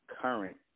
current